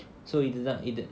so he doesn't either